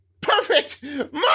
Perfect